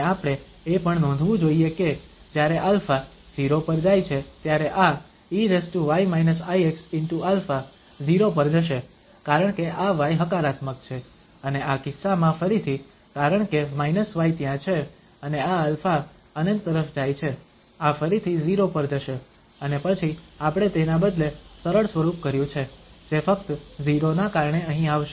અને આપણે એ પણ નોંધવું જોઈએ કે જ્યારે α 0 પર જાય છે ત્યારે આ ey−ixα 0 પર જશે કારણ કે આ y હકારાત્મક છે અને આ કિસ્સામાં ફરીથી કારણ કે −y ત્યાં છે અને આ α ∞ તરફ જાય છે આ ફરીથી 0 પર જાશે અને પછી આપણે તેના બદલે સરળ સ્વરૂપ કર્યું છે જે ફક્ત 0 ના કારણે અહીં આવશે